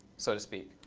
so to speak.